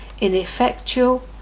ineffectual